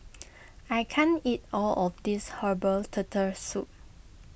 I can't eat all of this Herbal Turtle Soup